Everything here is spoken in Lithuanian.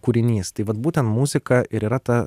kūrinys tai vat būtent muzika ir yra ta